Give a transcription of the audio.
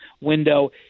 window